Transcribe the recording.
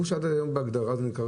היום לא צריך